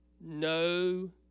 no